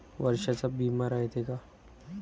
वर्षाचा बिमा रायते का?